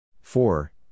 four